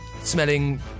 smelling